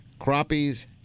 crappies